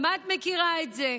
גם את מכירה את זה.